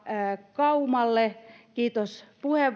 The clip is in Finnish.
kaumalle kiitos